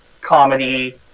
comedy